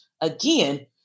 Again